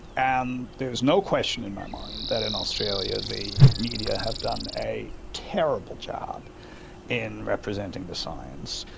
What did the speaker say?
and there's no question in my mind that in australia the media have done a terrible job in representing the science.